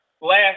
last